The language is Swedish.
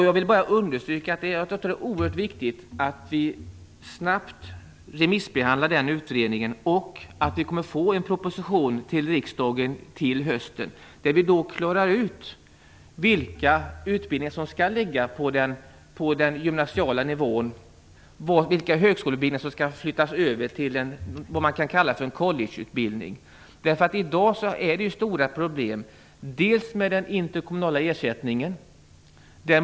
Jag vill bara understryka att det är oerhört viktigt att vi snabbt remissbehandlar den utredningen och att vi får en proposition till riksdagen till hösten, där vi klarar ut vilka utbildningar som skall ligga på gymnasial nivå och vilka högskoleutbildningar som skall flyttas över till vad man kan kalla för en collegeutbildning. I dag är det stora problem bl.a. med den interkommunala ersättningen.